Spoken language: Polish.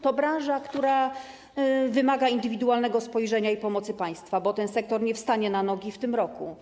To branża, która wymaga indywidualnego spojrzenia i pomocy państwa, bo ten sektor nie stanie na nogi w tym roku.